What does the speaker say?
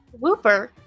Wooper